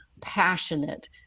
passionate